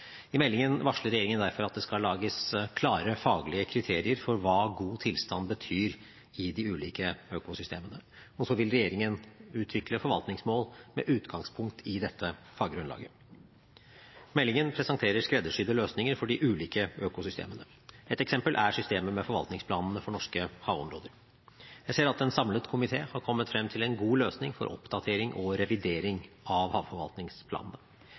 I meldingen varsler regjeringen derfor at det skal lages klare faglige kriterier for hva god tilstand betyr i de ulike økosystemene. Så vil regjeringen utvikle forvaltningsmål med utgangspunkt i dette faggrunnlaget. Meldingen presenterer skreddersydde løsninger for de ulike økosystemene. Ett eksempel er systemet med forvaltningsplanene for norske havområder. Jeg ser at en samlet komité har kommet frem til en god løsning for oppdatering og revidering av havforvaltningsplanene.